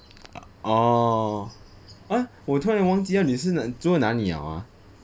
orh ah 我突然忘记了你是住在哪里 liao ah